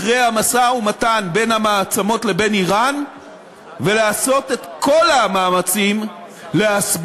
אחרי המשא-ומתן בין המעצמות לבין איראן ולעשות את כל המאמצים להסביר,